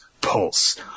Pulse